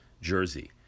jersey